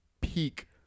peak